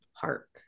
park